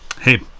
Hey